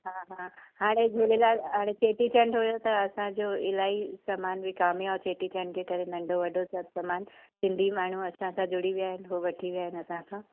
हा हा हाणे झूलेलाल हाणे चेटी चंडु हुयो त असांजो इलाही सामानु विकामियो आहे चेटी चंड जे करे नंढो वॾो सभु सामानु सिंधी माण्हू असां खां जुड़ी विया आहिनि हो वठी विया आहिनि असां खां